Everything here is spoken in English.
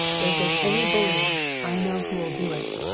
but if there's any bullying i know who'll do it.